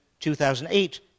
2008